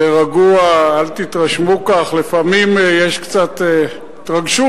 זה רגוע, אל תתרשמו כך, לפעמים, יש קצת התרגשות.